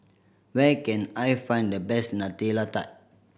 where can I find the best Nutella Tart